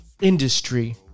industry